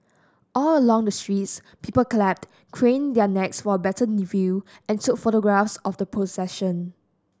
all along the streets people clapped craned their necks for a better look and took photographs of the procession